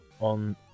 on